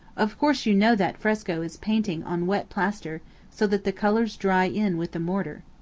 of course you know that fresco is painting on wet plaster so that the colors dry in with the mortar.